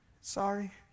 Sorry